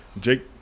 Jake